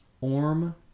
orm